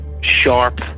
sharp